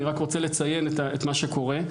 אני רק רוצה לציין את מה שקורה.